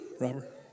Robert